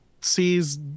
sees